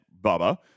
Bubba